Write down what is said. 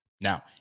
Now